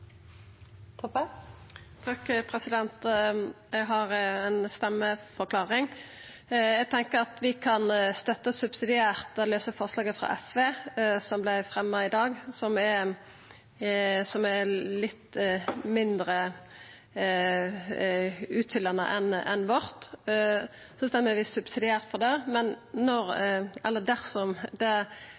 Eg har ei stemmeforklaring. Eg tenkjer at vi subsidiært kan støtta det lause forslaget frå SV, som vart fremja i dag, som er litt mindre utfyllande enn vårt. Vi stemmer altså subsidiært for det.